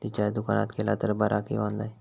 Recharge दुकानात केला तर बरा की ऑनलाइन?